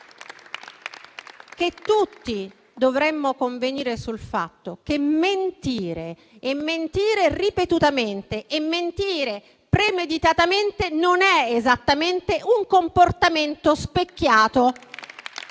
che tutti dovremmo convenire sul fatto che mentire ripetutamente e premeditatamente non è esattamente un comportamento specchiato,